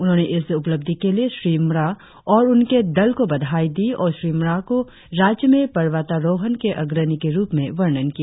उन्होंने इस उपलब्धी के लिए श्री म्रा और उनके दल को बधाई दी और श्री म्रा को राज्य में पर्वतारोहण के अग्रणी के रुप में वर्णन किया